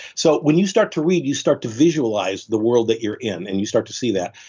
so when you start to read, you start to visualize the world that you're in and you start to see that.